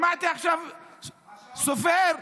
שמעתי עכשיו את סופר,